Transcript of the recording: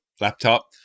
laptop